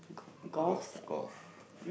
golf golf